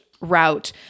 route